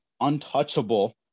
untouchable